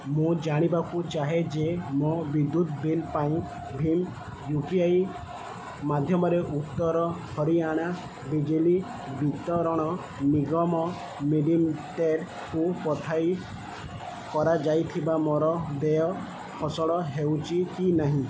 ମୁଁ ଜାଣିବାକୁ ଚାହେଁ ଯେ ମୋ ବିଦ୍ୟୁତ ବିଲ୍ ପାଇଁ ଭୀମ୍ ୟୁ ପି ଆଇ ମାଧ୍ୟମରେ ଉତ୍ତର ହରିୟାଣା ବିଜଲି ବିତରଣ ନିଗମ ଲିମିଟେଡ଼୍କୁ ପଠାଇ କରାଯାଇଥିବା ମୋର ଦେୟ ସଫଳ ହେଉଛି କି ନାହିଁ